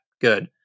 good